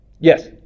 yes